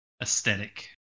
aesthetic